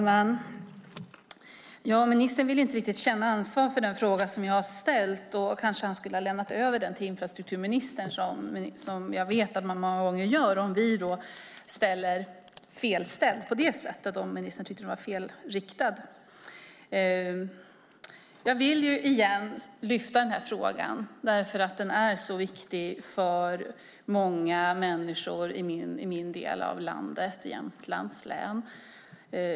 Fru talman! Ministern vill inte riktigt känna ansvar för den fråga som jag har ställt. Han skulle kanske ha lämnat över den till infrastrukturministern. Jag vet att man många gånger gör det när ministern tycker att frågan är felriktad. Jag vill lyfta upp den här frågan eftersom den är så viktig för många människor i min del av landet, Jämtlands län.